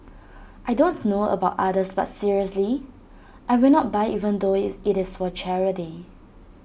I don't know about others but seriously I will not buy even though IT it is for charity